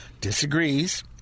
disagrees